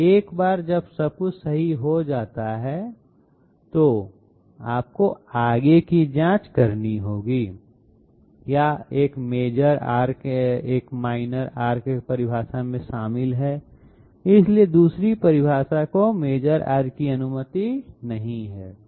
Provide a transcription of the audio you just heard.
एक बार जब सब कुछ सही हो जाता है तो आपको आगे की जाँच करनी होगी कि क्या एक मेजर आर्क या एक माइनर आर्क परिभाषा में शामिल है इसलिए दूसरी परिभाषा को मेजर आर्क की अनुमति नहीं है